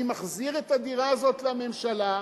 אני מחזיר את הדירה הזאת לממשלה,